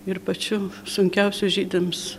ir pačiu sunkiausiu žydams